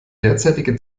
derzeitige